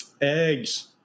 Eggs